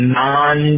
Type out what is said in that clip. non